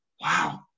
wow